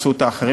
עשו אותה אחרים.